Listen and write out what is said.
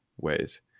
ways